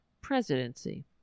presidency